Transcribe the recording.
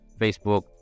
Facebook